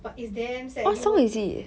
but it's damn sad you will